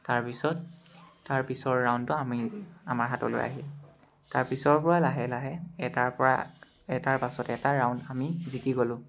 তাৰপিছত তাৰ পিছৰ ৰাউণ্ডটো আমি আমাৰ হাতলৈ আহিল তাৰ পিছৰ পৰা লাহে লাহে এটাৰ পৰা এটাৰ পাছত এটা ৰাউণ্ড আমি জিকি গ'লোঁ